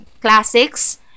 classics